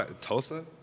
Tulsa